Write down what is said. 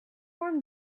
warm